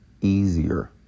easier